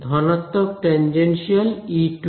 ধনাত্মক tangential E2